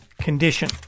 condition